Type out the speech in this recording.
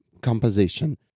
composition